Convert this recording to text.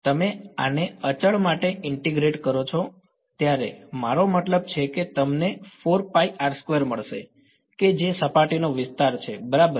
તમે આને અચળ માટે ઇન્ટીગ્રેટ કરો છો ત્યારે મારો મતલબ છે કે તમને મળશે કે જે સપાટીનો વિસ્તાર છે બરાબર